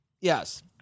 Yes